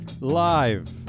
live